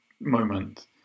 moment